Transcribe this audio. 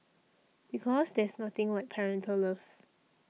because there's nothing like parental love